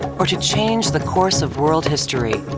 or to change the course of world history